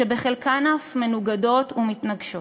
שחלקן אף מנוגדות ומתנגשות.